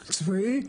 ביטחון צבאי.